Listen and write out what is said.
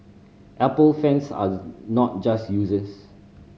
Apple fans are not just users